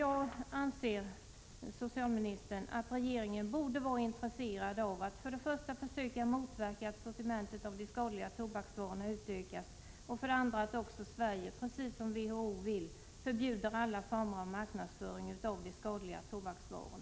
Jag anser således, socialministern, att regeringen borde vara intresserad för det första av att sortimentet av skadliga tobaksvaror inte utökas och för det andra av att Sverige — precis som WHO vill — förbjuder alla former av marknadsföring av skadliga tobaksvaror.